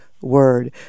word